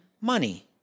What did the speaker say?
money